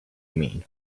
mean